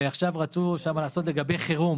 ורצו לעשות שם לגבי חירום